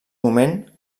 moment